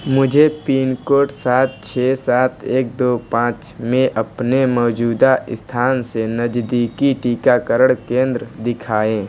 मुझे pin code सात छः सात एक दो पाँच में अपने मौज़ूदा स्थान से नज़दीकी टीकाकरण केंद्र दिखाए